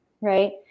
right